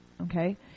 Okay